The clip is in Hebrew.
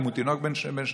אם הוא תינוק בן שנתיים,